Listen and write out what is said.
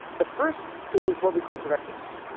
the first is what we call directives.